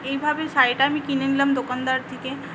এইভাবে শাড়িটা আমি কিনে নিলাম দোকানদার থেকে